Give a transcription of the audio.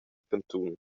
cantun